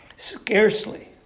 Scarcely